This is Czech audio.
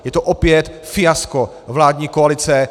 Je to opět fiasko vládní koalice.